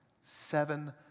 seven